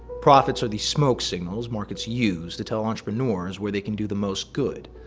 profits are the smoke signals markets use to tell entrepreneurs where they can do the most good.